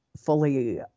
fully